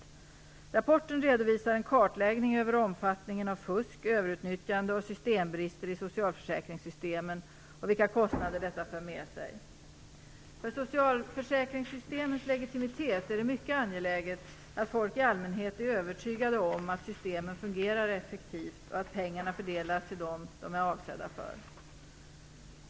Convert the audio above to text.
I rapporten redovisas en kartläggning över omfattningen av fusk, överutnyttjande och systembrister i socialförsäkringssystemen och vilka kostnader detta för med sig. För socialförsäkringssystemens legitimitet är det mycket angeläget att folk i allmänhet är övertygade om att systemen fungerar effektivt och att pengarna fördelas till dem som de är avsedda för.